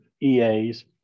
EAs